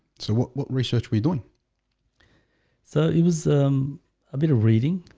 so what what research we're doing so it was um a bit of reading,